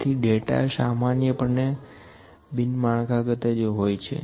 તેથી ડેટા સામાન્યપણે બીનમાળખાગત જ હોય છે